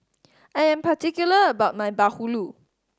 I am particular about my bahulu